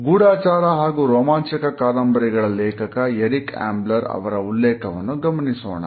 ಗೂಢಚಾರ ಹಾಗೂ ರೋಮಾಂಚಕ ಕಾದಂಬರಿಗಳ ಲೇಖಕ ಎರಿಕ್ ಆಂಬ್ಲರ್ ರವರ ಉಲ್ಲೇಖವನ್ನು ಗಮನಿಸೋಣ